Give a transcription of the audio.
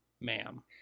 Ma'am